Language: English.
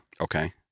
Okay